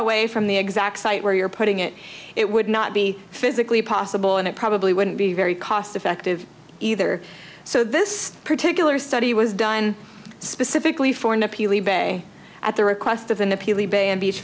away from the exact site where you're putting it it would not be physically possible and it probably wouldn't be very cost effective either so this particular study was done specifically for an appeal e bay at the request of the appeal e bay and beach